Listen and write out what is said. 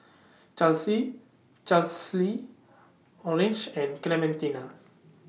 Charlsie Charlsie Orange and Clementina